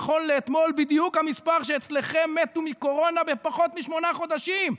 נכון לאתמול בדיוק המספר שאצלכם מתו מקורונה בפחות משמונה חודשים,